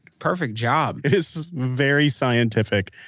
perfect job it is very scientific,